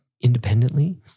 independently